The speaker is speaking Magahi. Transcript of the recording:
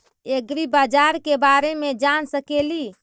ऐग्रिबाजार के बारे मे जान सकेली?